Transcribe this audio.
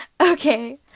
Okay